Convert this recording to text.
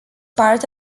part